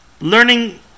learning